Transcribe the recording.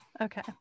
Okay